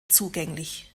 zugänglich